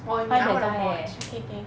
find that guy eh